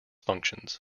functions